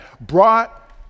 brought